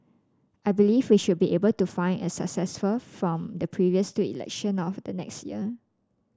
I believe we should be able to find a successful from the previous two election of the next year